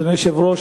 אדוני היושב-ראש,